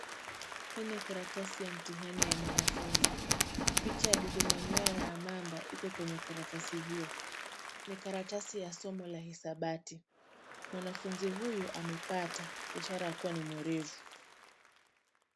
Hii ni karatasi ya mtihani ya mwanafunzi. Picha ya dudumanyoa na mamba iko kwenye karatasi hiyo. Ni karatasi ya somo la hisabati. Mwanafunzi huyu amepata, ishara ya kuwa ni mwerevu.